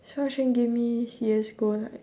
xiao-xuan give me C_S-go like